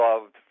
loved